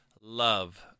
love